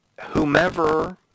whomever